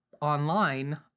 Online